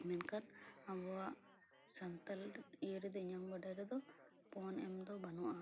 ᱢᱮᱱᱠᱷᱟᱱ ᱟᱵᱚᱣᱟᱜ ᱥᱟᱱᱛᱟᱲ ᱤᱭᱟᱹ ᱨᱮᱫᱚ ᱤᱧᱟᱹᱜ ᱵᱟᱰᱟᱭ ᱨᱮᱫᱚ ᱯᱚᱱ ᱮᱢ ᱫᱚ ᱵᱟᱹᱱᱩᱜᱼᱟ